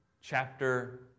chapter